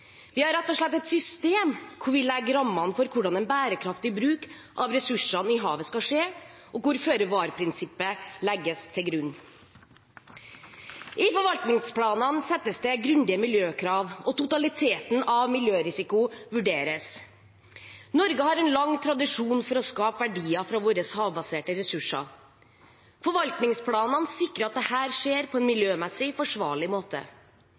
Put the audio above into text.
Vi har rett og slett et system hvor vi legger rammene for hvordan en bærekraftig bruk av ressursene i havet skal skje, og hvor føre-var-prinsippet legges til grunn. I forvaltningsplanene settes det grundige miljøkrav, og totaliteten av miljørisiko vurderes. Norge har en lang tradisjon for å skape verdier fra våre havbaserte ressurser. Forvaltningsplanene sikrer at dette skjer på en miljømessig forsvarlig måte.